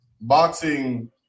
boxing